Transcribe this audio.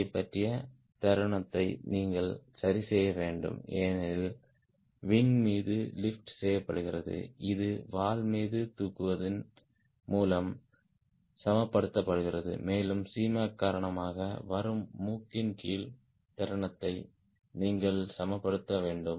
Gயைப் பற்றிய தருணத்தை நீங்கள் சரிசெய்ய வேண்டும் ஏனெனில் விங் மீது லிப்ட் செய்யப்படுகிறது இது வால் மீது தூக்குவதன் மூலம் சமப்படுத்தப்படுகிறது மேலும் Cmac காரணமாக வரும் நோஸ் டவுண் தருணத்தை நீங்கள் சமப்படுத்த வேண்டும்